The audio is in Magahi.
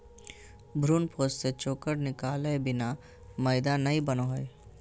भ्रूणपोष से चोकर निकालय बिना मैदा नय बनो हइ